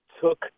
took